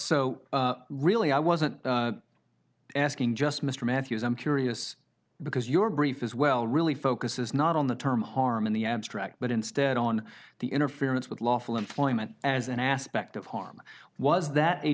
so really i wasn't asking just mr matthews i'm curious because your brief is well really focuses not on the term harm in the abstract but instead on the interference with lawful employment as an aspect of harm was that a